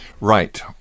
Right